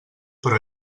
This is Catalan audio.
però